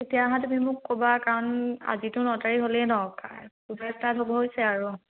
তেতিয়াহ'লে তুমি মোক ক'বা কাৰণ আজিতো ন তাৰিখ হ'লেই ন কাৰ পূজা ষ্টাৰ্ট হ'ব হৈছে আৰু